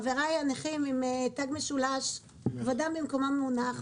חבריי הנכים עם תג משולש כבודם במקומם מונח.